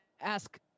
Ask